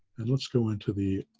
and let's go into the